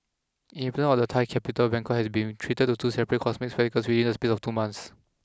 inhabitants of the Thai capital Bangkok have been treated to two separate cosmic spectacles within the space of two months